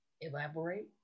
elaborate